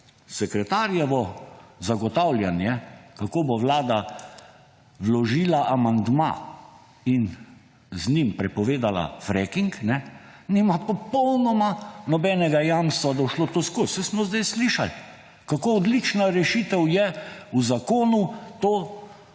sekretarjevo zagotavljanje, kako bo Vlada vložila amandma in z njim prepovedala fracking, nima popolnoma nobenega jamstva, da bo šlo to skozi. Saj smo zdaj slišali, kako odlična rešitev je v zakonu to